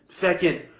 Second